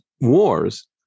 wars